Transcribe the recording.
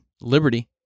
liberty